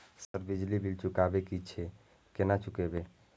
Sir बिजली bill चुकाबे की छे केना चुकेबे?